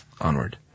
Onward